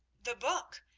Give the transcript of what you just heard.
the book!